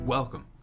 Welcome